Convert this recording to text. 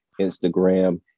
Instagram